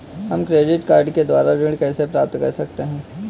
हम credit card के द्वारा ऋण कैसे प्राप्त कर सकते हैं?